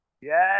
Yes